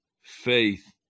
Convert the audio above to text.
faith